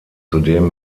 zudem